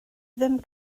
ddim